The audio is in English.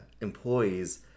employees